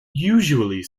usually